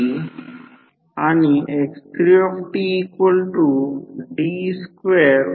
तर N1 N2 फक्त trans difference किंवा भिन्न परंतु समीकरणे समान आहेत